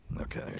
Okay